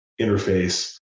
interface